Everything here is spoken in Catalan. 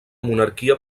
monarquia